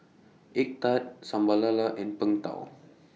Egg Tart Sambal Lala and Png Tao